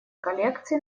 коллекций